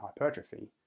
hypertrophy